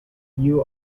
you